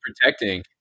protecting